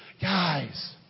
Guys